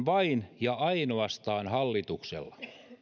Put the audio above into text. vain ja ainoastaan hallituksella